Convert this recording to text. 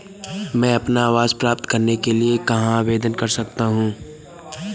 मैं अपना आवास प्राप्त करने के लिए कहाँ आवेदन कर सकता हूँ?